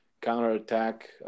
counterattack